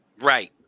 right